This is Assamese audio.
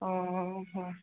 অ অ